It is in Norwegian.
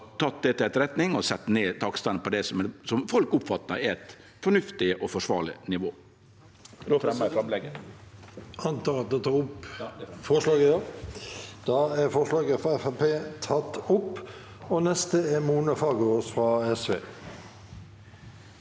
og sett ned takstane til det som folk oppfattar er eit fornuftig og forsvarleg nivå.